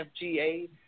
FGA